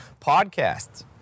Podcasts